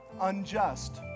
unjust